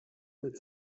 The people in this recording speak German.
mit